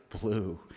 blue